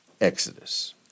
Exodus